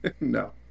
No